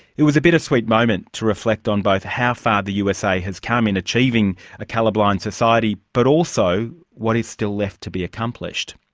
it was a bittersweet moment, to reflect on both how far the usa has come in achieving a colour-blind society, but also what is still left to be accomplished.